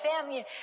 family